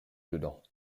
dedans